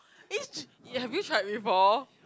it's have you tried before